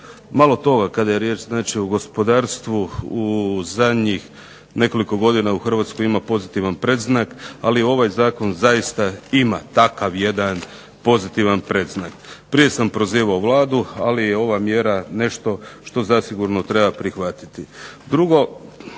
Malo toga kada je o tome riječ znači o gospodarstvu, zadnjih nekoliko godina u Hrvatskoj ima slobodan predznak ali ovaj zakon zaista ima takav jedan pozitivan predznak. Prije sam prozivao Vladu, ali je ova mjera nešto što zasigurno treba prihvatiti.